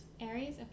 Aries